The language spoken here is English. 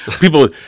people